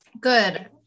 Good